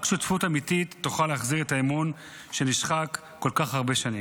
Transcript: רק שותפות אמיתית תוכל להחזיר את האמון שנשחק כל כך הרבה שנים.